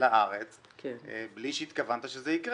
לארץ בלי שהתכוונת שזה יקרה.